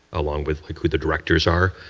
along with like who the directors are,